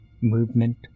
Movement